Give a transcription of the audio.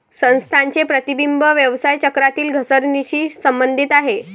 संस्थांचे प्रतिबिंब व्यवसाय चक्रातील घसरणीशी संबंधित आहे